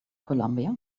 columbia